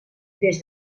des